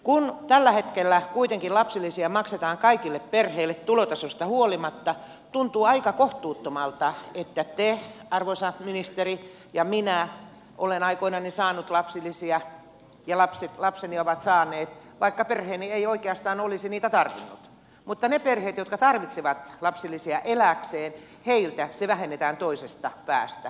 kun tällä hetkellä kuitenkin lapsilisiä maksetaan kaikille perheille tulotasosta huolimatta tuntuu aika kohtuuttomalta että te arvoisa ministeri olette ja minä olen aikoinani saanut lapsilisiä lapseni ovat saaneet vaikka perheeni ei oikeastaan olisi niitä tarvinnut mutta niiltä perheiltä jotka tarvitsevat lapsilisiä elääkseen se vähennetään toisesta päästä